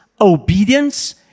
obedience